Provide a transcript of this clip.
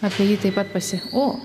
apie jį taip pat pasi o